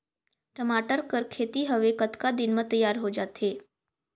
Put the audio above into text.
टमाटर कर खेती हवे कतका दिन म तियार हो जाथे?